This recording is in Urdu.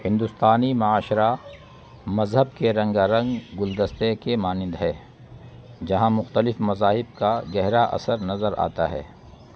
ہندوستانی معاشرہ مذہب کے رنگا رنگ گلدستے کے مانند ہے جہاں مختلف مذاہب کا گہرا اثر نظر آتا ہے